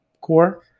core